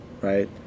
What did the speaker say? right